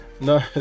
No